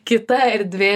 kita erdvė